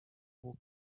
will